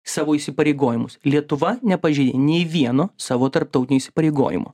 savo įsipareigojimus lietuva nepažeidė nei vieno savo tarptautinio įsipareigojimo